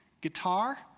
Guitar